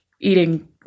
eating